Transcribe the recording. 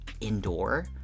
indoor